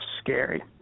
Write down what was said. scary